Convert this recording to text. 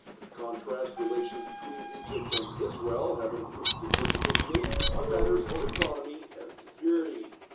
in contrast, relations between egypt and israel have improved significantly, on matters of economy and security.